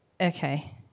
okay